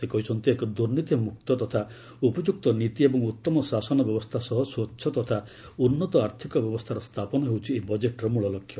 ସେ କହିଛନ୍ତି ଏକ ଦୁର୍ନୀତିମୁକ୍ତ ତଥା ଉପଯୁକ୍ତ ନୀତି ଏବଂ ଉତ୍ତମ ଶାସନ ବ୍ୟବସ୍ଥା ସହ ସ୍ୱଚ୍ଚ ତଥା ଉନ୍ନତ ଆର୍ଥକ ବ୍ୟବସ୍କାର ସ୍ଥାପନ ହେଉଛି ଏହି ବଜେଟ୍ର ମୂଳ ଲକ୍ଷ୍ୟ